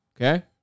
Okay